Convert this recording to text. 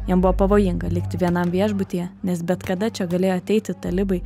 jam buvo pavojinga likti vienam viešbutyje nes bet kada čia galėjo ateiti talibai